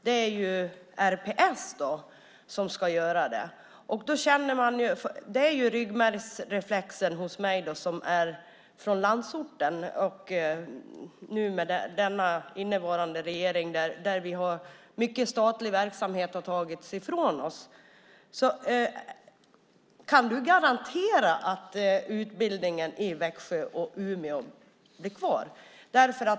Det får mig, som är från landsorten, att reflexmässigt undra om du kan garantera att utbildningen i Växjö och Umeå blir kvar - särskilt med tanke på att den nuvarande regeringen tagit ifrån oss mycket statlig verksamhet.